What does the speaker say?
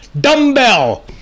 Dumbbell